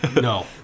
No